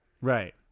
Right